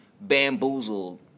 bamboozled